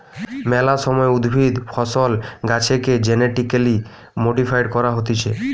মেলা সময় উদ্ভিদ, ফসল, গাছেকে জেনেটিক্যালি মডিফাইড করা হতিছে